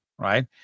right